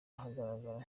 ahagaragara